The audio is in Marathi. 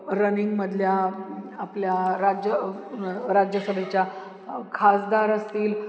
रनिंगमधल्या आपल्या राज्य राज्यसभेच्या खासदार असतील